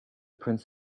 prince